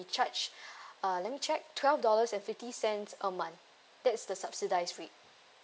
charged uh let me check twelve dollars and fifty cents a month that's the subsidised rate